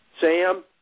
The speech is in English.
Sam